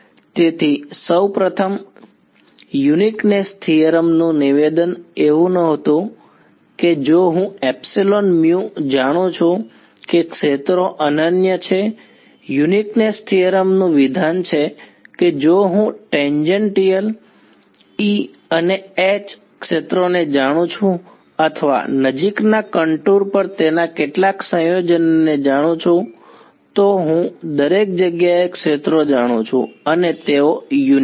તેથી સૌપ્રથમ uniqueness theorem નું નિવેદન એવું નહોતું કે જો હું એપ્સીલોન મ્યુ જાણું છું કે ક્ષેત્રો અનન્ય છે યુનિકનેશ થિયરમ નું વિધાન છે કે જો હું ટેન્જન્ટિયલ E અને H ક્ષેત્રોને જાણું છું અથવા નજીકના કન્ટુર પર તેના કેટલાક સંયોજનને જાણું છું તો હું દરેક જગ્યાએ ક્ષેત્રો જાણું છું અને તેઓ યુનિક છે